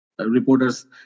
reporters